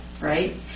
right